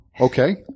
Okay